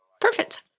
Perfect